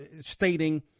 stating